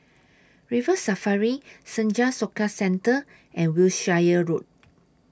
River Safari Senja Soka Centre and Wiltshire Road